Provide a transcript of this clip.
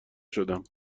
شدم